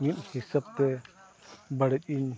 ᱢᱤᱫ ᱦᱤᱥᱟᱹᱵᱛᱮ ᱵᱟᱹᱲᱤᱡ ᱤᱧ